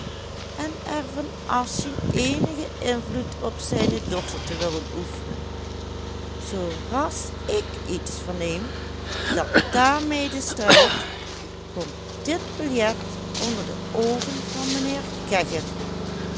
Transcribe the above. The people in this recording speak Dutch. en er van afzien eenigen invloed op zijne dochter te willen oefenen zoo ras ik iets verneem dat daarmede strijdt komt dit biljet onder de oogen van mijnheer kegge